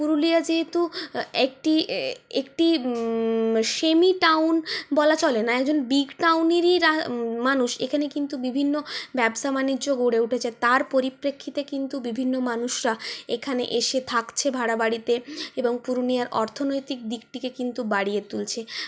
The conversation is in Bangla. পুরুলিয়া যেহেতু একটি একটি সেমি টাউন বলা চলে না একজন বিগ টাউনেরই মানুষ এখানে কিন্তু বিভিন্ন ব্যবসা বাণিজ্য গড়ে উঠেছে তার পরিপ্রেক্ষিতে কিন্তু বিভিন্ন মানুষরা এখানে এসে থাকছে ভাড়া বাড়িতে এবং পুরুলিয়ার অর্থনৈতিক দিকটিকে কিন্তু বাড়িয়ে তুলছে